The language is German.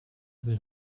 will